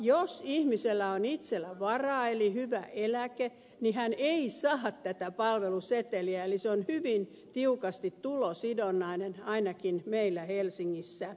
jos ihmisellä on itsellä varaa eli hyvä eläke niin hän ei saa tätä palveluseteliä eli se on hyvin tiukasti tulosidonnainen ainakin meillä helsingissä